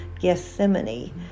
gethsemane